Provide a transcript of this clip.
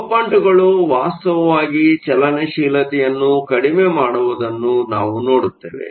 ಡೋಪಂಟ್ಗಳು ವಾಸ್ತವವಾಗಿ ಚಲನಶೀಲತೆಯನ್ನು ಕಡಿಮೆ ಮಾಡುವುದನ್ನು ನಾವು ನೋಡುತ್ತೇವೆ